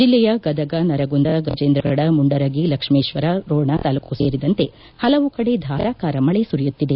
ಜಿಲ್ಲೆಯ ಗದಗ ನರಗುಂದ ಗಜೇಂದ್ರಗದ ಮುಂಡರಗಿ ಲಕ್ಷ್ಮೇಶ್ವರ ರೋಣ ತಾಲೂಕು ಸೇರಿದಂತೆ ಹಲವು ಕಡೆ ಧಾರಾಕಾರ ಮಳೆ ಸುರಿಯುತ್ತಿದೆ